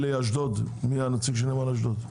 מי הנציג של נמל אשדוד?